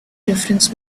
difference